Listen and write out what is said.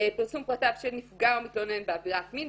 (פרסום פרטיו של נפגע או מתלונן בעבירת מין).